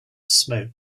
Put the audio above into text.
smoke